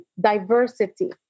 diversity